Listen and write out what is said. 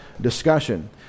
discussion